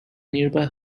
nearby